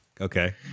Okay